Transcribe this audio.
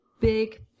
big